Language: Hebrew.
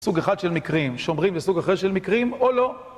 סוג אחד של מקרים, שומרים בסוג אחר של מקרים, או לא.